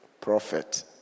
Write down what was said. Prophet